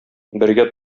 бергә